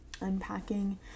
unpacking